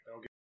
Okay